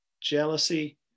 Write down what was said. jealousy